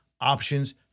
options